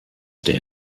der